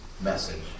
message